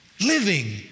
Living